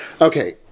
Okay